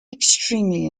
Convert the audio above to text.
extremely